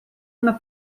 una